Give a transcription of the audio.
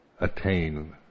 attain